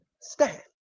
stand